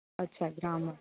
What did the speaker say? અચ્છા ગ્રામર